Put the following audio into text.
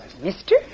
Mister